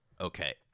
Okay